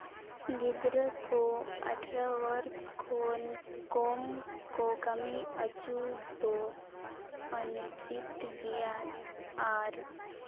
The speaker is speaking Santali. ᱜᱤᱫᱽᱨᱟᱹ ᱠᱚ ᱟᱴᱷᱨᱚ ᱵᱚᱨᱥ ᱠᱷᱚᱱ ᱠᱚᱢ ᱠᱚ ᱠᱟᱹᱢᱤ ᱦᱚᱪᱚ ᱫᱚ ᱚᱱᱩᱪᱤᱛ ᱜᱮᱭᱟ ᱟᱨ